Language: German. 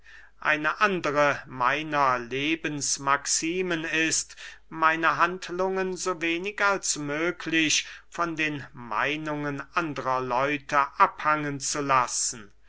eine andre meiner lebensmaximen ist meine handlungen so wenig als möglich von den meinungen andrer leute abhangen zu lassen